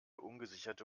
ungesicherte